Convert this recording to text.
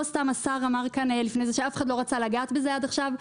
לא סתם השר אמר כאן שאף אחד לא רצה לגעת בזה עד עכשיו.